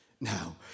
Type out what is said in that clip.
Now